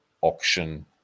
auction